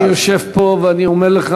אני יושב פה ואני אומר לך,